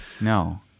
No